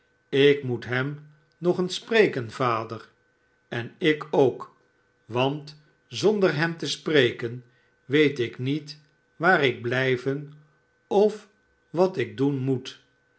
ik moet hem nog eens spreken vader en lk ook want zonder hem te spreken weet ik niet waar ik blijven of wat ik doen moet